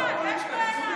לא, יש בעיה.